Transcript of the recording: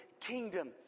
kingdom